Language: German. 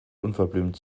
unverblümt